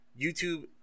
YouTube